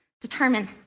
determine